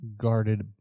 guarded